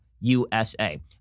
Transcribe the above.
USA